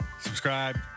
subscribe